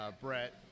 Brett